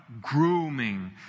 grooming